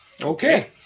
Okay